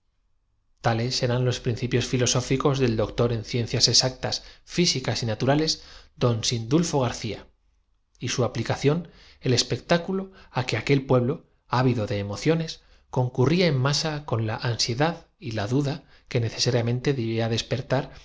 liqui tales eran los principios filosóficos del doctor en dación por lo que al nautilus respecta mucho antes ciencias exactas físicas y naturales don sindulfo gar que verne ya había hecho una prueba felicísima con cía y su aplicación el espectáculo á que aquel pueblo el ictíneo nuestro compatriota monturiol para relatar ávido de emociones concurría en masa con la ansie nos lo que existe en el fondo de los mares basta reunir dad y la duda que necesariamente debía despertar